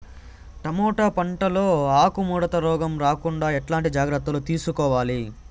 Tomato పంట లో ఆకు ముడత రోగం రాకుండా ఎట్లాంటి జాగ్రత్తలు తీసుకోవాలి?